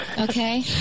okay